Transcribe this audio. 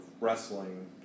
wrestling